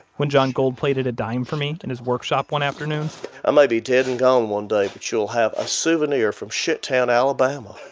when john gold-plated a dime for me in his workshop one afternoon um i may be dead and gone one day, but you'll have a souvenir from shittown, alabama